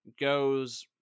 goes